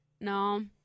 No